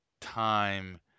time